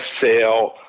sale